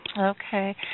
Okay